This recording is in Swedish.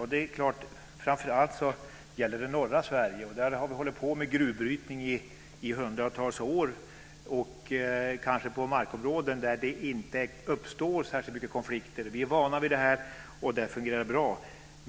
Framför allt gäller det självklart norra Sverige. Där har vi hållit på med gruvbrytning i hundratals år, kanske på markområden där det inte uppstår särskilt mycket konflikter. Vi är vana vid detta, och det har fungerat bra.